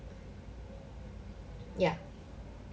ya